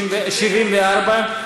74?